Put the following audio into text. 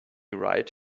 right